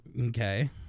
Okay